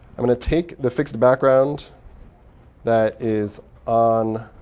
i'm going to take the fixed background that is on